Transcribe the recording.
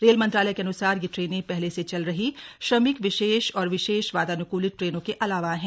rail मंत्रालय के अन्सार ये ट्रेनें पहले से चल रही श्रमिक विशेष और विशेष वातान्कूलित ट्रेनों के अलावा हैं